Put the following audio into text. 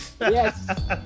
Yes